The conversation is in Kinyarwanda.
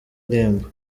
irembo